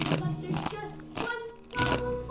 but there's just one problem